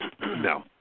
No